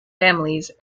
families